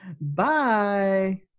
Bye